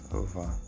over